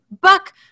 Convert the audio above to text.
buck